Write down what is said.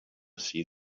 see